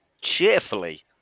cheerfully